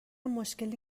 مشکلی